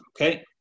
Okay